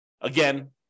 Again